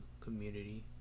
community